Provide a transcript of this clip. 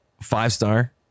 five-star